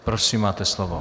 Prosím, máte slovo.